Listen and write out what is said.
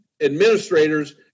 administrators